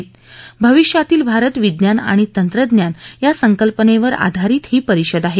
भविष्यातील भारतः विज्ञान आणि तंत्रज्ञान या संकल्पनेवर आधारीत हे परिषद आहे